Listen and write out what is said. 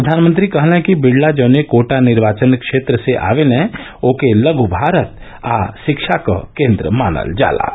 प्रधानमंत्री ने कहा कि बिड़ला जिस कोटा निर्वाचन क्षेत्र से आते हैं उसे लघु भारत और शिक्षा का केंद्र माना जाता है